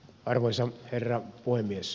arvoisa herra puhemies